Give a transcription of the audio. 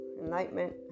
Enlightenment